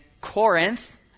Corinth